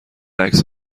عکس